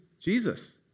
Jesus